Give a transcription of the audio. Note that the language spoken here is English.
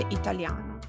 italiano